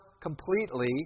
completely